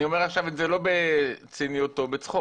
אני אומר את זה עכשיו לא בציניות או בצחוק.